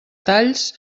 talls